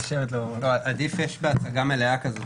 ולגשת ישר לנקודה.